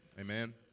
Amen